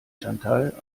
chantal